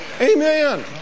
Amen